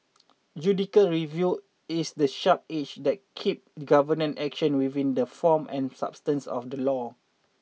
judicial review is the sharp edge that keep government action within the form and substance of the law